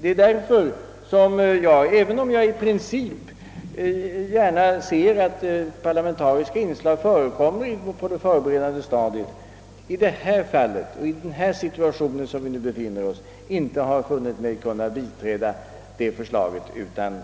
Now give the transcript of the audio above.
Det är därför som jag — även om jag i princip gärna ser att parlamentariska inslag förekommer på det förberedande stadiet — i detta fall, i den situation där vi nu befinner oss, inte har funnit mig kunna biträda reservanternas förslag utan